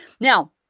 Now